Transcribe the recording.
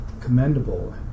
commendable